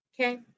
Okay